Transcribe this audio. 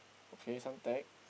okay Suntec